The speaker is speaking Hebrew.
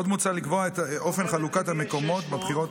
עוד מוצע לקבוע את אופן חלוקת המקומות בבחירות,